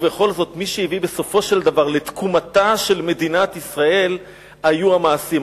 מי שהביא בסופו של דבר לתקומתה של מדינת ישראל היו המעשים.